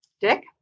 Dick